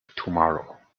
tomorrow